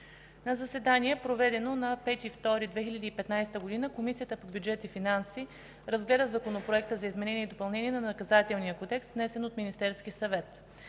На заседание, проведено на 5 февруари 2015 г., Комисията по бюджет и финанси разгледа Законопроекта за изменение и допълнение на Наказателния кодекс, внесен от Министерския съвет.